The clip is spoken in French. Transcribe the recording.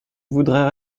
voudrais